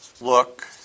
look